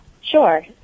Sure